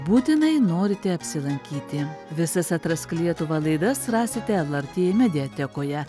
būtinai norite apsilankyti visas atrask lietuvą laidas rasite lrt mediatekoje